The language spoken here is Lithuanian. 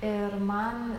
ir man